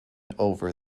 over